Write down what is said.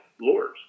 lures